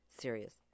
Serious